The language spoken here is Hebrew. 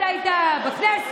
אתה היית בכנסת,